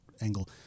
angle